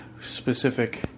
specific